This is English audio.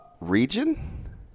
Region